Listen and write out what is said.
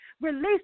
Release